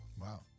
Wow